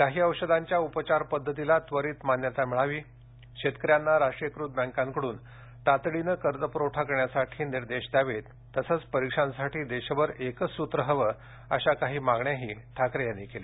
काही औषधांच्या उपचार पद्धतीला त्वरित मान्यता मिळावी शेतकऱ्यांना राष्ट्रीयीकृत बँकांकडून तातडीने कर्जपुरवठा करण्यासाठी निर्देश द्यावेत तसंच परीक्षांसाठी देशभर एकच सूत्र हवं अशा काही मागण्याही ठाकरे यांनी केल्या